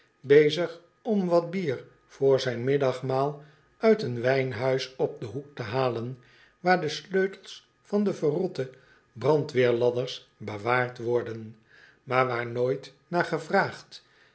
bezig om wat bier voor zijn middagmaal uit een wijnhuis op den hoek te halen waar de sleutels van de verrotte brandweerladders bewaard worden maar waar nooit naar gevraagd